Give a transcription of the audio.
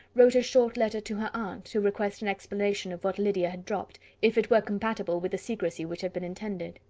wrote a short letter to her aunt, to request an explanation of what lydia had dropt, if it were compatible with the secrecy which had been intended.